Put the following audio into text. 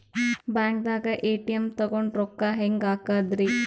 ಬ್ಯಾಂಕ್ದಾಗ ಎ.ಟಿ.ಎಂ ತಗೊಂಡ್ ರೊಕ್ಕ ಹೆಂಗ್ ಹಾಕದ್ರಿ?